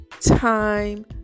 time